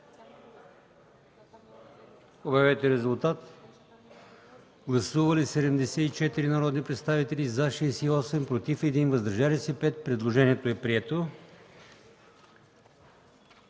Обявете резултат. Гласували 94 народни представители: за 86, против 7, въздържал се 1. Предложението е прието.